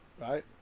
Right